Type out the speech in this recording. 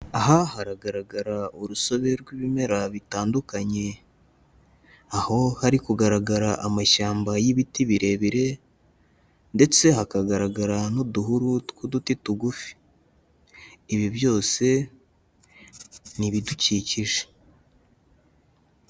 Aha haragaragara urusobe rw'ibimera bitandukanye, aho hari kugaragara amashyamba y'ibiti birebire, ndetse hakagaragara n'uduhuru tw'uduti tugufi, ibi byose ni ibidukikije.